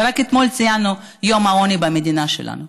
ורק אתמול ציינו את יום העוני במדינה שלנו.